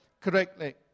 correctly